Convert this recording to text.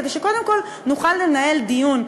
כדי שקודם כול נוכל לנהל דיון,